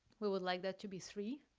we would like that to be three.